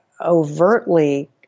overtly